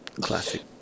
Classic